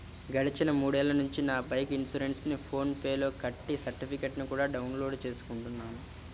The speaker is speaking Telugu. గడిచిన మూడేళ్ళ నుంచి నా బైకు ఇన్సురెన్సుని ఫోన్ పే లో కట్టి సర్టిఫికెట్టుని కూడా డౌన్ లోడు చేసుకుంటున్నాను